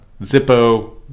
zippo